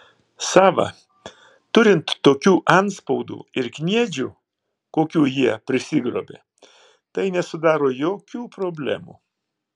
sava turint tokių antspaudų ir kniedžių kokių jie prisigrobė tai nesudaro jokių problemų